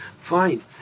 fine